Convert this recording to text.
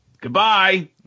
goodbye